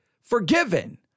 forgiven